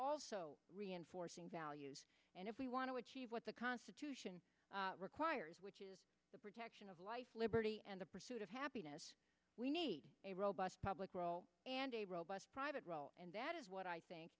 are reinforcing values and if we want to achieve what the constitution requires which is the protection of life liberty and the pursuit of happiness we need a robust public role and a robust private role and that is what i think